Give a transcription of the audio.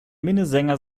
minnesänger